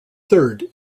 third